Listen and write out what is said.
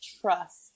trust